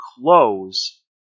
close